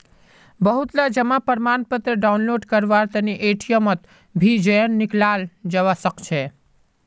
बहुतला जमा प्रमाणपत्र डाउनलोड करवार तने एटीएमत भी जयं निकलाल जवा सकछे